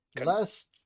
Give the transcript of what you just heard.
last